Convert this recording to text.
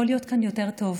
יכול להיות כאן יותר טוב,